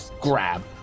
grab